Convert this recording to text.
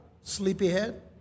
sleepyhead